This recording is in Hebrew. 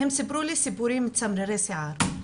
הם סיפרו לי סיפורים מסמרי שיער,